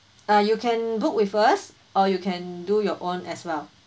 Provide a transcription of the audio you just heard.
uh you can book with us or you can do your own as well